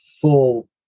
full